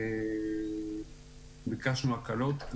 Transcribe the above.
ביקשנו הקלות.